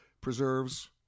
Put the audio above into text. preserves